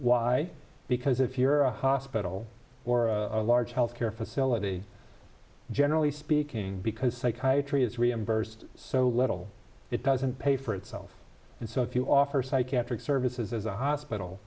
why because if you're a hospital or a large health care facility generally speaking because psychiatry is reimbursed so little it doesn't pay for itself and so if you offer psychiatric services as a hospital